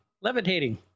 Levitating